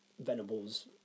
Venables